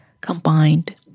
combined